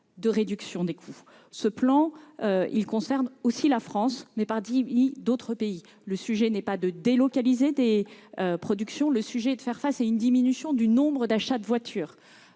de réduction des coûts. Ce plan concerne certes la France, mais aussi d'autres pays. La question est non pas de délocaliser des productions, mais de faire face à une diminution du nombre d'achats de voitures.